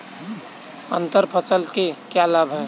अंतर फसल के क्या लाभ हैं?